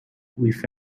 with